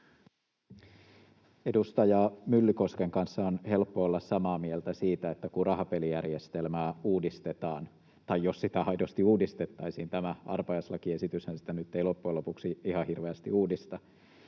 Edustaja Myllykosken kanssa on helppo olla samaa mieltä siitä, että kun rahapelijärjestelmää uudistetaan tai jos sitä aidosti uudistettaisiin — tämä arpajaislakiesityshän sitä nyt ei loppujen lopuksi ihan hirveästi uudista